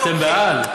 אתם בעד?